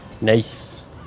Nice